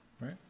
Right